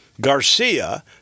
Garcia